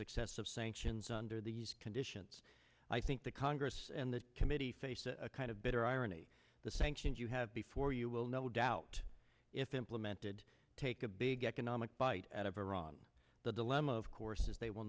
success of sanctions under these conditions i think the congress and the committee face a kind of bitter irony the sanctions you have before you will no doubt if implemented take big economic bite out of iran the dilemma of course is they will